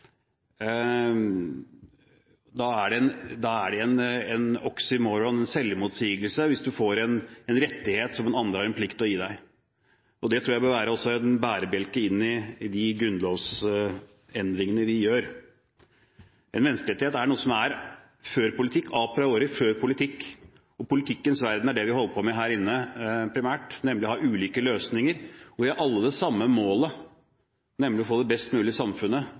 da ikke være noe som noen andre har en plikt til å gi deg. Det er en selvmotsigelse, hvis du får en rettighet som noen andre har en plikt til å gi deg. Det tror jeg også bør være en bærebjelke i grunnlovsendringene vi gjør. En menneskerettighet er noe som er «a priori» – før politikken. Politikkens verden er det vi holder på med her inne primært, nemlig å ha ulike løsninger. Vi har alle samme målet, nemlig å få det best mulige samfunnet og det mest mulig rettferdige samfunnet.